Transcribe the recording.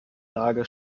lage